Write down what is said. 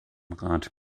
rat